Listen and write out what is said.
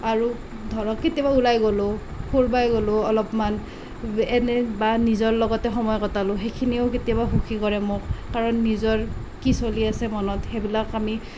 আৰু ধৰক কেতিয়াবা ওলাই গ'লোঁ ফুৰিবই গ'লোঁ অলপমান এনে বা নিজৰ লগতে সময় কটালোঁ সেইখিনিও কেতিয়াবা সুখী কৰে মোক কাৰণ নিজৰ কি চলি আছে মনত সেইবিলাক আমি